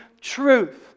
truth